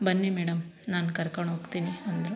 ಬನ್ನಿ ಮೇಡಮ್ ನಾನು ಕರ್ಕೊಂಡು ಹೋಗ್ತೀನಿ ಅಂದರು